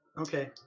Okay